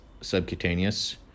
subcutaneous